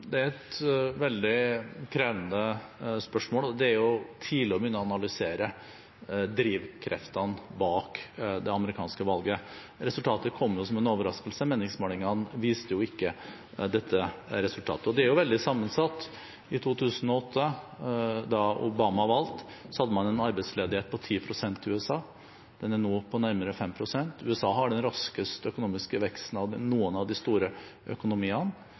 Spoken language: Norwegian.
Det er et veldig krevende spørsmål, og det er tidlig å begynne å analysere drivkreftene bak det amerikanske valget. Resultatet kom jo som en overraskelse – meningsmålingene viste ikke dette resultatet. Dette er veldig sammensatt. I 2008, da Obama vant, hadde man en arbeidsledighet på 10 pst. i USA. Den er nå på nærmere 5 pst. USA har den raskeste økonomiske veksten av noen av de store økonomiene.